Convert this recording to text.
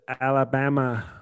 Alabama